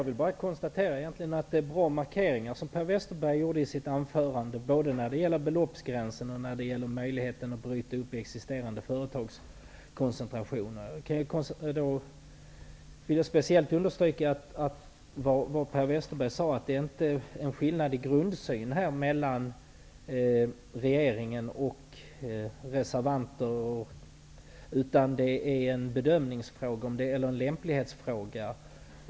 Herr talman! Per Westerberg gjorde i sitt anförande bra markeringar när det gäller beloppsgränser och möjligheten att bryta upp existerande företagskoncentrationer. Jag vill understryka vad Per Westerberg sade, nämligen att det inte råder någon skillnad i grundsynen mellan regeringen och reservanterna. Det är i stället en bedömnings och lämplighetsfråga.